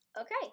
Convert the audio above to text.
okay